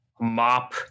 Mop